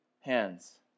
hands